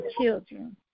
children